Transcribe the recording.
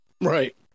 Right